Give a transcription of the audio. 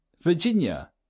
Virginia